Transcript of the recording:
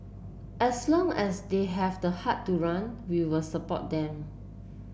as long as they have the heart to run we will support them